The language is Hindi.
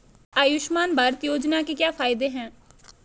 आयुष्मान भारत योजना के क्या फायदे हैं?